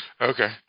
Okay